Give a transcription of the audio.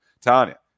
Tanya